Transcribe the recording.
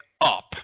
up